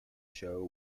show